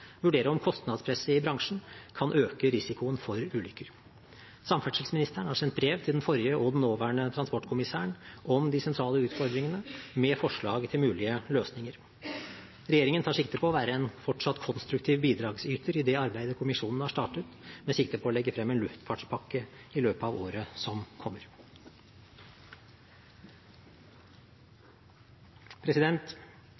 vurdere om kostnadspresset i bransjen kan øke risikoen for ulykker. Samferdselsministeren har sendt brev til den forrige og den nåværende transportkommissæren om de sentrale utfordringene – med forslag til mulige løsninger. Regjeringen tar sikte på å være en fortsatt konstruktiv bidragsyter i det arbeidet kommisjonen har startet, med sikte på å legge frem en luftfartspakke i løpet av året som kommer.